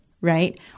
right